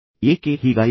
ಏಕೆ ಹೀಗಾಯಿತು